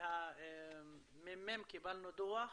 קיבלנו מהממ"מ דוח